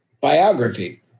biography